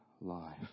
life